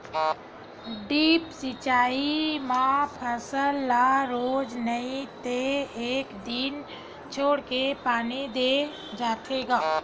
drip सिचई म फसल ल रोज नइ ते एक दिन छोरके पानी दे जाथे ग